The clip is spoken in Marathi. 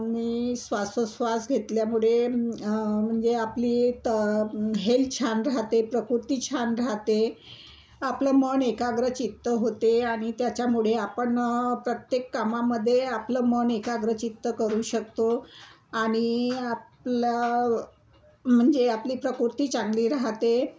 मी श्वासोच्छ्वास घेतल्यामुळे म्हणजे आपली त हेल् छान राहते प्रकृती छान राहते आपलं मन एकाग्रचित्त होते आणि त्याच्यामुळे आपण प्रत्येक कामामध्ये आपलं मन एकाग्रचित्त करू शकतो आणि आपलं म्हणजे आपली प्रकृती चांगली राहते